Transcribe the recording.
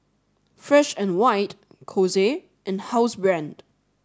Fresh and White Kose and Housebrand